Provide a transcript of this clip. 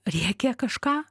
rėkė kažką